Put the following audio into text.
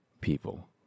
people